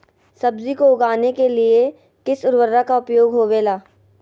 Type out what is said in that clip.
सब्जी को उगाने के लिए किस उर्वरक का उपयोग होबेला?